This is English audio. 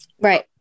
right